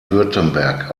württemberg